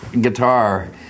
guitar